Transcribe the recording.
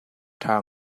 ṭha